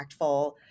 impactful